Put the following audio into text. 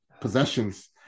possessions